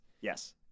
yes